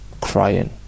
crying